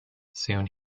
soon